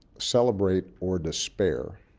celebrate or despair